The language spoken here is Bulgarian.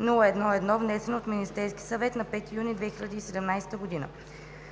702-01-1, внесен от Министерския съвет на 5 юни 2017 г.